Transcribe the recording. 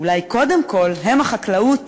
אולי קודם כול, הם החקלאות